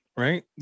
Right